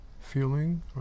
feeling